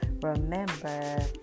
remember